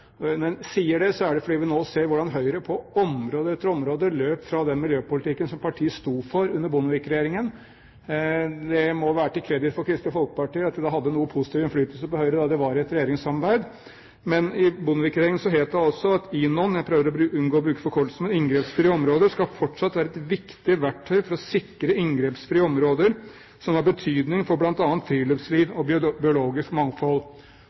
Når jeg sier det, er det fordi vi nå ser hvordan Høyre på område etter område løper fra den miljøpolitikken som partiet sto for under Bondevik-regjeringen. Det må være til kredit for Kristelig Folkeparti at de hadde noe positiv innflytelse på Høyre da de var i et regjeringssamarbeid. Under Bondevik-regjeringen het det: «INON» – jeg prøver å unngå å bruke forkortelser, men altså inngrepsfrie områder – «skal fortsatt være et viktig verktøy for å sikre inngrepsfrie områder som er av betydning for blant annet friluftsliv og biologisk